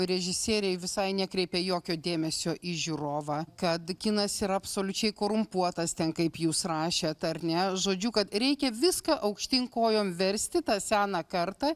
režisieriai visai nekreipia jokio dėmesio į žiūrovą kad kinas yra absoliučiai korumpuotas ten kaip jūs rašėt ar ne žodžiu kad reikia viską aukštyn kojom versti tą seną kartą